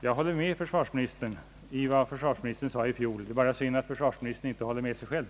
Jag håller med försvarsministern i vad han sade i fjol. Det är bara synd att försvarsministern inte håller med sig själv.